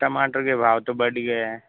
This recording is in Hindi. टमाटर के भाव तो बढ़ गए है